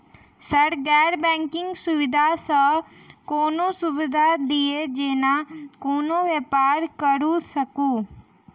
Sir गैर banking सुविधा सँ कोनों सुविधा दिए जेना कोनो व्यापार करऽ सकु?